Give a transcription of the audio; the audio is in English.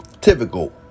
typical